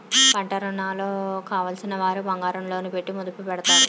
పంటరుణాలు కావలసినవారు బంగారం లోను పెట్టి మదుపు పెడతారు